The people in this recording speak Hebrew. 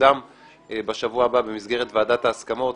תקודם בשבוע הבא במסגרת ועדת ההסכמות.